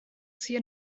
sydd